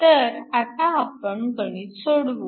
तर आता आपण गणित सोडवू